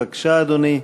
בבקשה, אדוני.